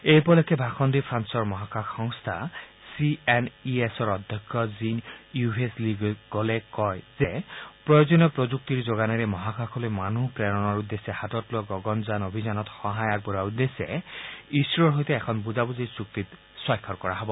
এই উপলক্ষে ভাষণ দি ফ্ৰালৰ মহাকাশ সংস্থা চি এন ই এছৰ অধ্যক্ষ জীন ইউভেছ লী গলে কয় যে প্ৰয়োজনীয় প্ৰযুক্তিৰ যোগানেৰে মহাকাশলৈ মানুহ প্ৰেৰণৰ উদ্দেশ্যে হাতত লোৱা গগণযান অভিযানত সহায় আগবঢ়োৱাৰ উদ্দেশ্যে ইছৰোৰ সৈতে এখন বুজাবুজিৰ চুক্তিত স্বাক্ষৰ কৰা হ'ব